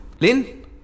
Lin